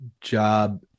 job